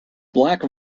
black